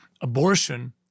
abortion